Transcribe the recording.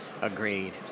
Agreed